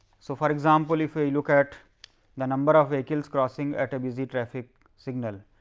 so for example, if we look at the number vehicles crossing at a busy traffic signal.